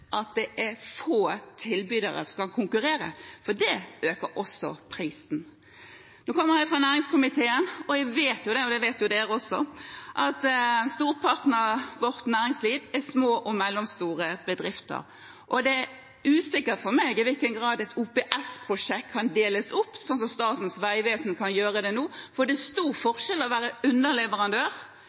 at det er få tilbydere som kan konkurrere, for det øker også prisen. Jeg kommer fra næringskomiteen, og jeg vet – og alle her vet – at storparten av vårt næringsliv er små og mellomstore bedrifter. Det er usikkert for meg i hvilken grad et OPS-prosjekt kan deles opp, som Statens vegvesen kan gjøre nå, for det er stor forskjell på å være underleverandør